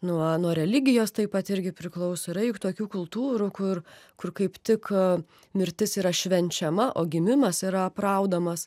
nuo nuo religijos taip pat irgi priklauso yra juk tokių kultūrų kur kur kaip tik mirtis yra švenčiama o gimimas yra apraudamas